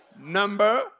Number